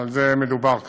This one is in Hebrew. שעל זה מדובר כאן.